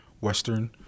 Western